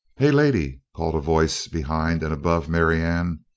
hey, lady, called a voice behind and above marianne.